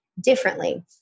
differently